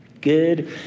good